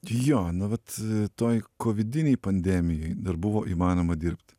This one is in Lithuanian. jo nu vat toj kovidinėj pandemijoj dar buvo įmanoma dirbt